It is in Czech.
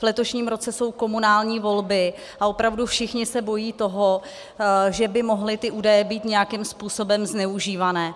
V letošním roce jsou komunální volby a opravdu všichni se bojí toho, že by ty údaje mohly být nějakým způsobem zneužívané.